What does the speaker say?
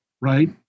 right